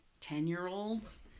ten-year-olds